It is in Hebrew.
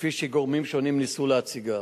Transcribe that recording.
כפי שגורמים שונים ניסו להציגה.